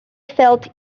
felt